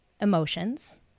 emotions